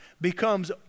becomes